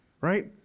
right